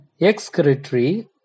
excretory